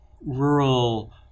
rural